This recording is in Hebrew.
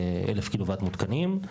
אלף קילו-וואט מותקנים,